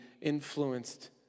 influenced